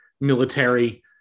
military